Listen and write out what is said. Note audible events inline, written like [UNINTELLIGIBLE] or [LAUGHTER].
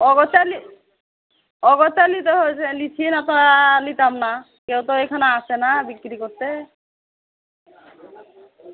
অগোছালি অগোছালি [UNINTELLIGIBLE] নিতাম না কেউ তো এখানে আসে না বিক্রি করতে